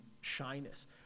shyness